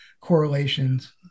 correlations